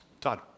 Todd